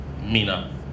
Mina